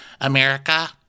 America